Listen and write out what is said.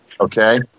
okay